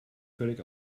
völlig